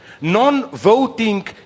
non-voting